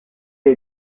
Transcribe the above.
est